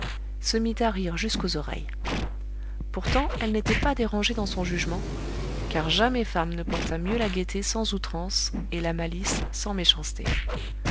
se mit à rire jusqu'aux oreilles pourtant elle n'était pas dérangée dans son jugement car jamais femme ne porta mieux la gaieté sans outrance et la malice sans méchanceté